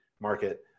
market